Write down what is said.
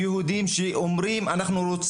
- -"אנחנו לא